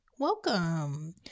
welcome